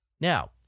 Now